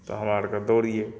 तऽ हमरा आरके दौड़ियै